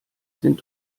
sind